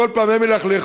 בכל פעם הם ילכלכו,